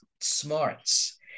smarts